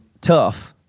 tough –